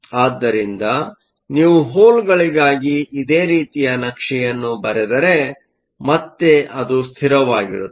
ಆದ್ದರಿಂದ ನೀವು ಹೋಲ್ಗಳಿಗಾಗಿ ಇದೇ ರೀತಿಯ ನಕ್ಷೆಯನ್ನು ಬರೆದರೆ ಮತ್ತೆ ಅದು ಸ್ಥಿರವಾಗಿರುತ್ತದೆ